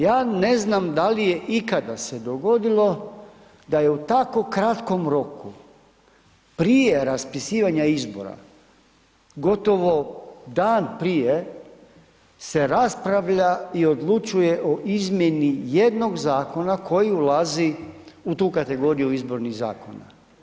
Ja ne znam da li je ikada se dogodilo da je u tako kratkom roku prije raspisivanja izbora gotovo dan prije, se raspravlja i odlučuje o izmjeni jednog zakona koji ulazi u tu kategoriju izbornih zakona.